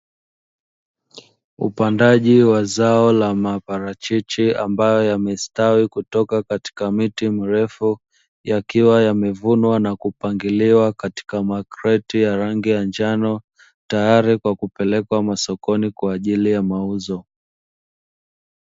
Upandaji wa zao la maparachichi ambayo yamestawi kutoka katika miti mirefu yakiwa yamevunwa, na kupangiliwa katika makreti ya rangi ya njano, tayari kwa kupelekwa masokoni kwa ajili ya mauzo.